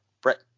Brett